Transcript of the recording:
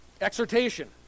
exhortation